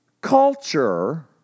culture